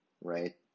right